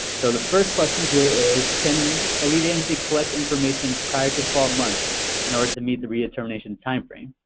so the first question here is, can a lead agency collect information prior to twelve months in order to meet the redetermination timeframe?